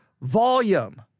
volume